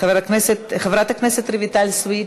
חברת הכנסת רויטל סויד,